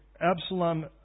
Absalom